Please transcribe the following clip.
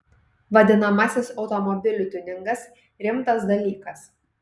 vadinamasis automobilių tiuningas rimtas dalykas